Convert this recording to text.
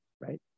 right